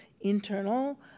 internal